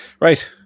Right